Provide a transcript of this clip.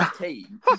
team